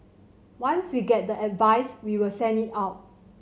once we get the advice we will send it out